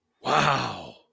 Wow